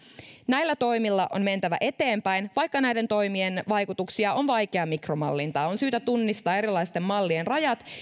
näillä toimilla on mentävä eteenpäin vaikka näiden toimien vaikutuksia on vaikea mikromallintaa on syytä tunnistaa erilaisten mallien rajat